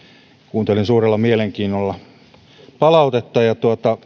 kuuntelin suurella mielenkiinnolla palautetta ja